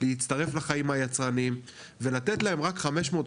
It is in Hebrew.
להצטרף לחיים היצרניים ולתת להם רק 500,